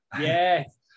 Yes